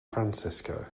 francisco